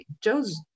Joe's